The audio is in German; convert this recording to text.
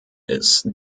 ist